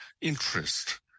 interest